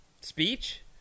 speech